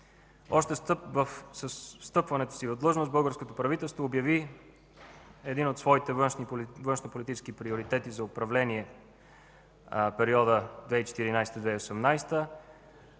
Още с встъпването си в длъжност българското правителство обяви един от своите външнополитически приоритети за управление в периода 2014 – 2018